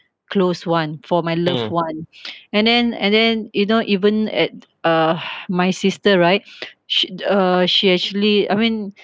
close one for my loved one and then and then you know even at uh my sister right she uh she actually I mean